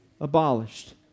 abolished